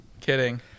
Kidding